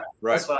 right